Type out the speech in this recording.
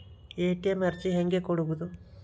ATM ಅರ್ಜಿ ಹೆಂಗೆ ಕೊಡುವುದು?